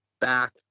back